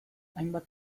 hainbat